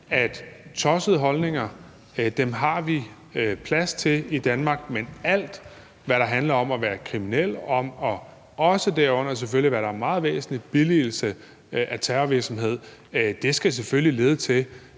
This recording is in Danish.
at tossede holdninger har vi plads til i Danmark, men alt, hvad der handler om at være kriminel, herunder selvfølgelig også – hvad der er meget væsentligt – billigelse af terrorvirksomhed, skal selvfølgelig lede til,